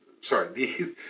sorry